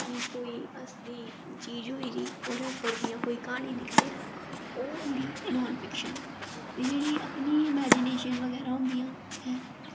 कि कोई हसदी चीज़ होई गेई ओह्दे उप्पर जियां कोई क्हानी लिखदे ऐ ओह् होंदी नॉन फिक्शन ते जेह्ड़ी अपनी इमैजिनेशन बगैरा होंदियां